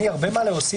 אין לי הרבה מה להוסיף,